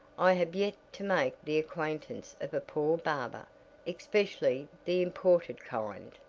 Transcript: i have yet to make the acquaintance of a poor barber especially the imported kind.